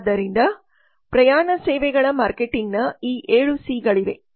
ಆದ್ದರಿಂದ ಪ್ರಯಾಣ ಸೇವೆಗಳ ಮಾರ್ಕೆಟಿಂಗ್ನ ಈ ಏಳು ಸಿ 7ಗಳಿವೆ